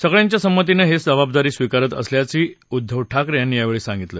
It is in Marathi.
सगळ्यांच्या संमतीनं ही जबाबदारी स्वीकारत असल्याचं उद्दव ठाकरे यांनी यावेळी सांगितलं